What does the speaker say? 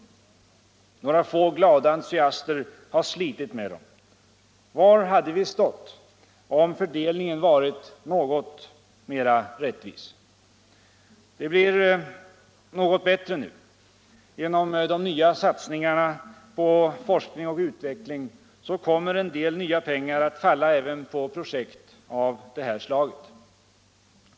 Några få glada entusiaster har slitit med dem. Var hade vi stått om fördelningen varit något mer rättvis? Det blir något bättre nu. Genom de nya satsningarna på forskning och utveckling kommer en del nya pengar att falla även på projekt av det här slaget.